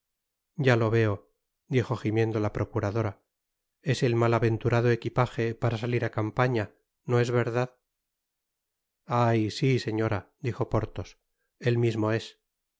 ya lo veo dijo jimiendo la procuradora es el mal aventurado equipage para salir á campaña no es verdad ay si señora dijo porthos él mismo es